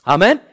Amen